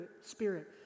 Spirit